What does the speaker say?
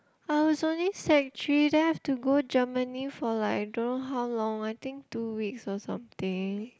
I was only sec-three then I have to go Germany for like don't know how long I think two weeks or something